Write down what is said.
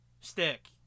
stick